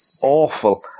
awful